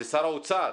זה שר האוצר,